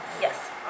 Yes